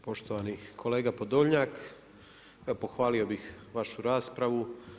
Poštovani kolega Podoljnjak, evo pohvalio bih vašu raspravu.